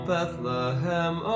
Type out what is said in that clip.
Bethlehem